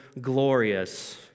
glorious